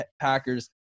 Packers